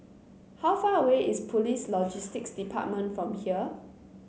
how far away is Police Logistics Department from here